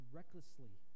recklessly